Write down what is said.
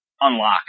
unlock